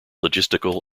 logistical